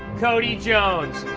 cody jones,